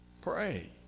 pray